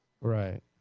Right